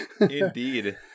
Indeed